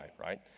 right